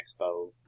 Expo